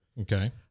Okay